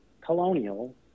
Colonial